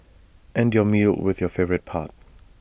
end your meal with your favourite part